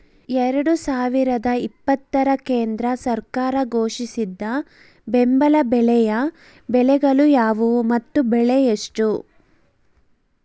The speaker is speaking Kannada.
ಎರಡು ಸಾವಿರದ ಇಪ್ಪತ್ತರ ಕೇಂದ್ರ ಸರ್ಕಾರ ಘೋಷಿಸಿದ ಬೆಂಬಲ ಬೆಲೆಯ ಬೆಳೆಗಳು ಯಾವುವು ಮತ್ತು ಬೆಲೆ ಎಷ್ಟು?